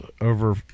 over